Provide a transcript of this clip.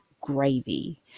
gravy